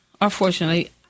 unfortunately